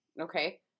Okay